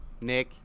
Nick